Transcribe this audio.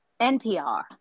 NPR